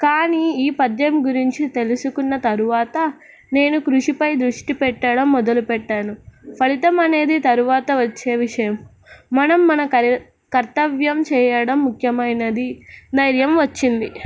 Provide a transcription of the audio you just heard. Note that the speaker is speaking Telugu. కానీ ఈ పద్యం గురించి తెలుసుకున్న తరువాత నేను కృషిపై దృష్టి పెట్టడం మొదలుపెట్టాను ఫలితం అనేది తరువాత వచ్చే విషయం మనం మన కరి కర్తవ్యం చేయడం ముఖ్యమైనది ధైర్యం వచ్చింది